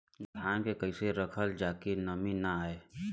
धान के कइसे रखल जाकि नमी न आए?